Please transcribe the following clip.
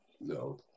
No